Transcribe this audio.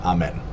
Amen